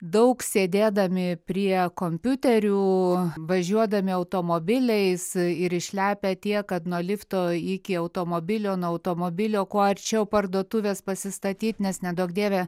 daug sėdėdami prie kompiuterių važiuodami automobiliais ir išlepę tiek kad nuo lifto iki automobilio nuo automobilio kuo arčiau parduotuvės pasistatyt nes neduok dieve